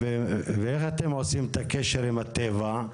ואיך אתם עושים את הקשר עם הטבע?